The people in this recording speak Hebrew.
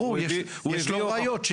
ברור, יש לו ראיות.